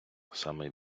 самий